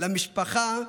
למשפחה,